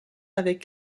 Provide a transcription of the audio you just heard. avec